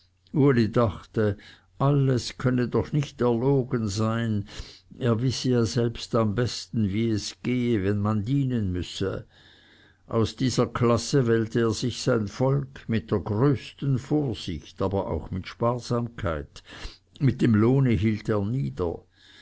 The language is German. dachte alles könne doch nicht erlogen sein er wisse ja selbst am besten wie es gehe wenn man dienen müsse aus dieser klasse wählte er sich sein volk mit der größten vorsicht aber auch mit sparsamkeit mit dem lohne hielt er nieder